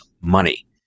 money